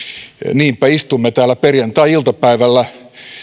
niinpä istumme täällä perjantai iltapäivällä